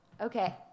okay